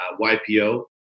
YPO